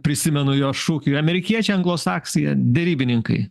prisimenu jo šūkį amerikiečiai anglosaksai jie derybininkai